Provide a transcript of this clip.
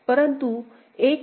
परंतु 1 1 हा X X नाही